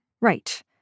right